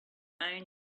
own